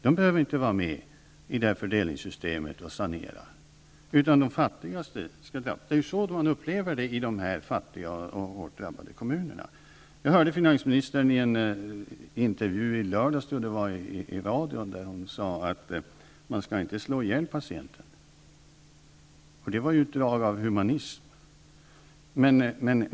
De behöver inte vara med i det fördelningssystemet och sanera, utan de fattigaste skall drabbas! Det är ju så man upplever det i dessa fattiga och hårt drabbade kommuner. Jag hörde finansministern säga i en intervju i radion -- jag tror det var i lördags -- att man inte skall slå ihjäl patienten. Det var ju ett drag av humanism.